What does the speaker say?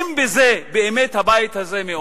ואני שואל: האם באמת הבית הזה מעוניין